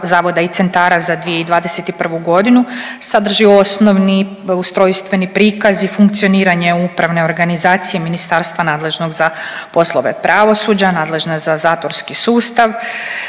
zavoda i centra za 2021.g. sadrži osnovni ustrojstveni prikaz i funkcioniranje upravne organizacije ministarstva nadležnog za poslove pravosuđa nadležna za zatvorski sustav,